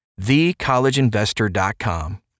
thecollegeinvestor.com